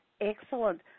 Excellent